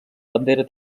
bandera